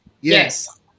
Yes